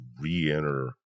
reenter